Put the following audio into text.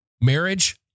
Marriage